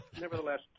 Nevertheless